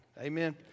Amen